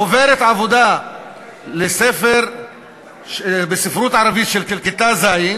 חוברת עבודה לספר בספרות ערבית של כיתה ז'